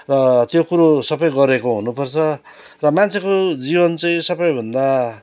र त्यो कुरो सबै गरेको हुनुपर्छ र मान्छेको जीवन चाहिँ सबैभन्दा